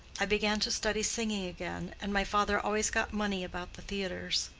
i began to study singing again and my father always got money about the theatres.